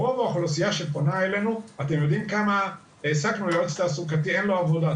רוב האוכלוסייה שפונה אלינו העסקנו יועץ תעסוקתי ואין לו עבודה,